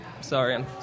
sorry